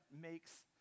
makes